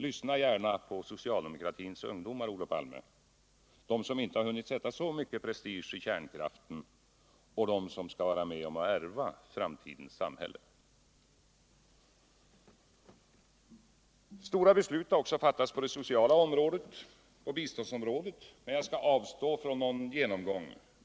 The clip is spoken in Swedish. Lyssna gärna på socialdemokratins ungdomar, Olof Palme, de som inte hunnit satsa så mycket prestige i kärnkraften och de som skall vara med om att ärva framtidens samhälle! Stora beslut har också fattats på bl.a. det sociala området och på biståndsområdet, men jag vill avstå från en genomgång.